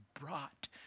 brought